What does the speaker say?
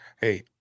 Hey